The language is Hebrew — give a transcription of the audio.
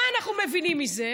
מה אנחנו מבינים מזה?